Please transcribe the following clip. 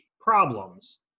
problems